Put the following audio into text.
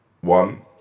one